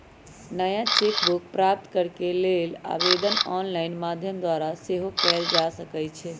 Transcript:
नया cheque book प्राप्त करेके लेल आवेदन ऑनलाइन माध्यम द्वारा सेहो कएल जा सकइ छै